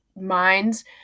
minds